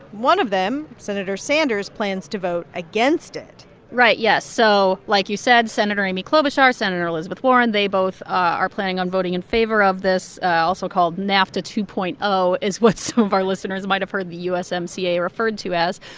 one of them, senator sanders, plans to vote against it right. yeah. so like you said, senator amy klobuchar, senator elizabeth warren, they both are planning on voting in favor of this also called nafta two point zero is what some of our listeners might have heard the usmca referred to as.